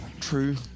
True